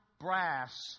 brass